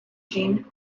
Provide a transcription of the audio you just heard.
jean